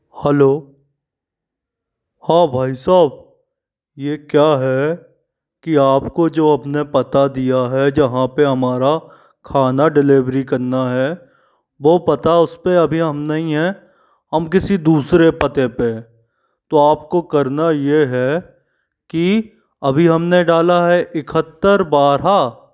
hello हाँ भाई साब ये क्या है कि आपको जो अपने पता दिया है जहाँ पे हमारा खाना डिलिवरी करना है वो पता उस पे अभी हम नहीं हैं हम किसी दूसरे पते पे है तो आप को करना ये है कि अभी हमने डाला है इकहत्तर बारह